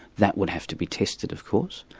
that would have to be tested, of course.